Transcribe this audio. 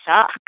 suck